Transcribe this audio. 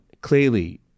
clearly